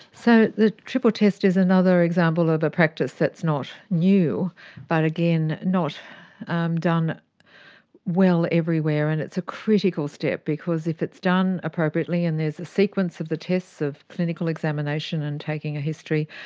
so the triple test is another example of a practice that's not new but again, not um done well everywhere and it's a critical step because if it's done appropriately, and there's a sequence of the tests of clinical examination and taking a history,